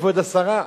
כבוד השרה,